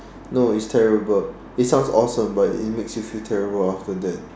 no it's terrible it sounds awesome but it makes you feel terrible after that